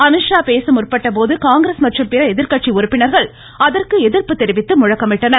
அமீத்ஷா பேச முற்பட்டபோது காங்கிரஸ் மற்றும் பிற எதிர்கட்சி உறுப்பினர்கள் அதற்கு எதிர்ப்பு தெரிவித்து முழக்கமிட்டனர்